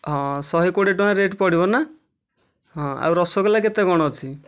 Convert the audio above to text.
ହଁ ଶହେ କୋଡ଼ିଏ ଟଙ୍କା ରେଟ୍ ପଡ଼ିବ ନା ହଁ ଆଉ ରସଗୋଲା କେତେ କ'ଣ ଅଛି